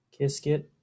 Kiskit